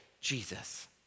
Jesus